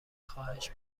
خواهش